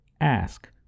Ask